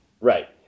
Right